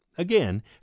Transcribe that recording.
Again